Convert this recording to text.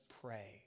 pray